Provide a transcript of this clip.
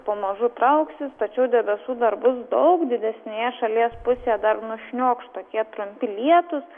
pamažu trauksis tačiau debesų dar bus daug didesnėje šalies pusėje dar nušniokš tokie trumpi lietūs